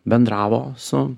bendravo su